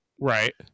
Right